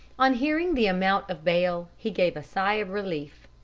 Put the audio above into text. on hearing the amount of bail, he gave a sigh of relief.